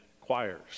choirs